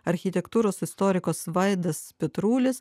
architektūros istorikas vaidas petrulis